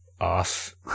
off